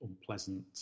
unpleasant